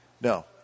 no